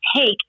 take